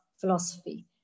philosophy